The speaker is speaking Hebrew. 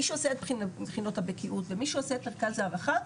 מי שעושה את בחינות הבקיאות ומי שעושה את מרכז ההערכה,